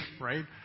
right